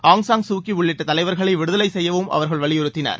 ஆங் San Suu Kyi உள்ளிட்ட தலைவர்களை விடுதலை செய்யவும் அவர்கள் வலியுறுத்தினர்